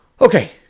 Okay